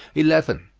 eleven.